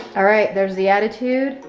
ah all right, there's the attitude.